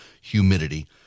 humidity